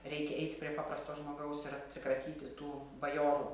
reikia eit prie paprasto žmogaus ir atsikratyti tų bajorų